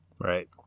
Right